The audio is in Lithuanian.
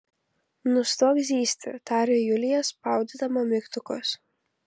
nustok zyzti tarė julija spaudydama mygtukus